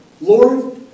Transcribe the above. Lord